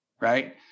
right